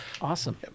awesome